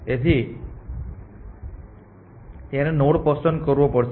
તેથી તેણે નોડ પસંદ કરવો પડશે